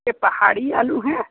ये पहाड़ी आलू हैं